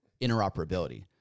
interoperability